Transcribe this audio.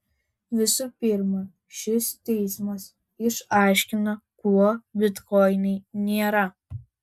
visų pirma šis teismas išaiškino kuo bitkoinai nėra